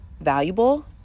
valuable